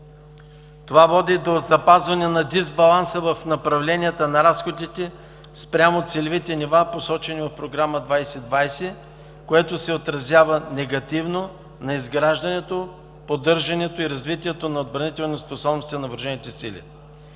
Това води до запазване на дисбаланса в направленията на разходите спрямо целевите нива, посочени от Програма 2020, което се отразява негативно на изграждането, поддържането и развитието на отбранителните способности на Въоръжените сили.